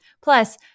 Plus